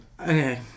Okay